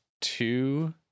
two